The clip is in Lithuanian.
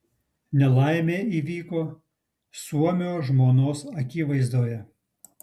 nelaimė įvyko suomio žmonos akivaizdoje